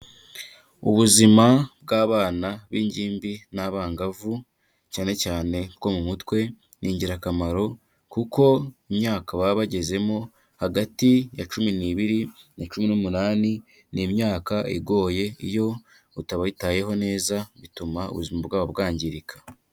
Ubuzima bw'abana b'ingimbi n'abangavu cyane cyane bwo mu mutwe, ni ingirakamaro kuko imyaka baba bagezemo, hagati ya cumi n'ibiri na cumi n'umunani, ni imyaka igoye iyo utabitayeho neza bituma ubuzima bwabo bwangirika.